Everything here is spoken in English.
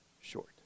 short